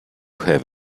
have